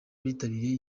bitabiriye